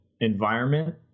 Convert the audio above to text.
environment